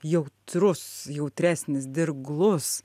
jautrus jautresnis dirglus